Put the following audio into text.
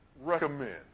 recommend